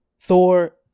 Thor